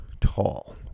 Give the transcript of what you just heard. tall